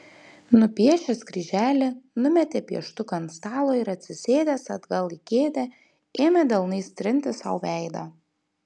nupiešęs kryželį numetė pieštuką ant stalo ir atsisėdęs atgal į kėdę ėmė delnais trinti sau veidą